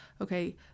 Okay